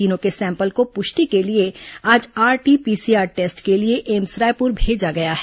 तीनों के सैंपल को प्रष्टि के लिए आज आरटी पीसीआर टेस्ट के लिए एम्स रायपूर भेजा गया है